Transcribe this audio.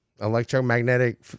electromagnetic